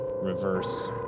reverse